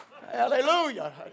Hallelujah